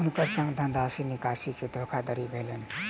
हुनकर संग धनराशि निकासी के धोखादड़ी भेलैन